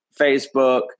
Facebook